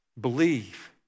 Believe